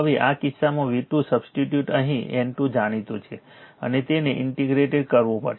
તો હવે આ કિસ્સામાં V2 સબસ્ટીટ્યુટ અહીં N2 જાણીતું છે અને તેને ઇંટીગ્રેટ કરવું પડશે